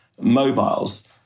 mobiles